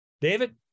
David